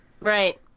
right